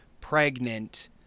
pregnant